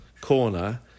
corner